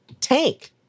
tank